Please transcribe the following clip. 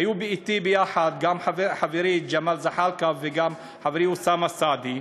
היו אתי יחד גם חברי ג'מאל זחאלקה וגם חברי אוסאמה סעדי,